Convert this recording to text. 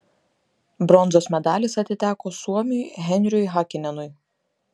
bronzos medalis atiteko suomiui henriui hakinenui